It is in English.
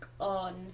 on